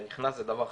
שנכנס, זה דבר חשוב.